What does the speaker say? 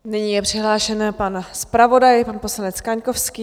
Nyní je přihlášen pan zpravodaj, pan poslanec Kaňkovský.